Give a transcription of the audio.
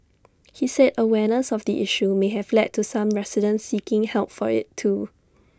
he said awareness of the issue may have led to some residents seeking help for IT too